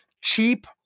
cheap